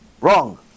Wrong